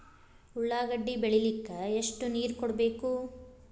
ಉಳ್ಳಾಗಡ್ಡಿ ಬೆಳಿಲಿಕ್ಕೆ ಎಷ್ಟು ನೇರ ಕೊಡಬೇಕು?